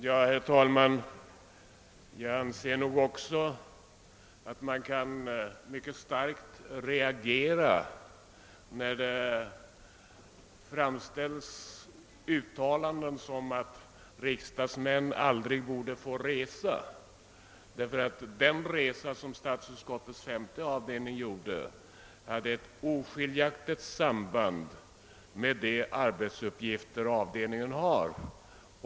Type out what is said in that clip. Herr talman! Också jag anser att man mycket starkt kan reagera när det görs sådana uttalanden som att riksdagsmän aldrig borde få resa. Den resa som statsutskottets femte avdelning gjorde hade ett oskiljaktigt samband med de arbetsuppgifter avdelningen har.